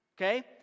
okay